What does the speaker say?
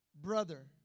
brother